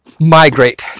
migrate